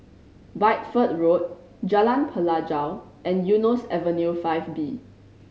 Bideford Road Jalan Pelajau and Eunos Avenue Five B